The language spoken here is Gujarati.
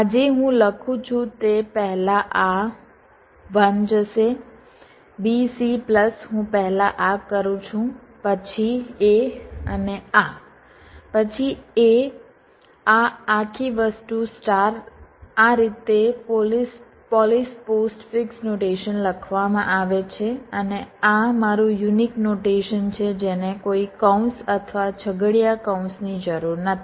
આ જે હું લખું છું તે પહેલા આ 1 જશે B C પ્લસ હું પહેલા આ કરું છું પછી A અને આ પછી A આ આખી વસ્તુ સ્ટાર આ રીતે પોલિશ પોસ્ટફિક્સ નોટેશન લખવામાં આવે છે અને આ મારું યુનિક નોટેશન છે જેને કોઈ કૌંસ અથવા છગડીયા કૌંસની જરૂર નથી